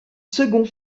second